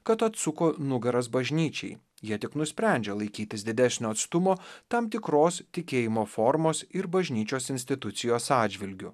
kad atsuko nugaras bažnyčiai jie tik nusprendžia laikytis didesnio atstumo tam tikros tikėjimo formos ir bažnyčios institucijos atžvilgiu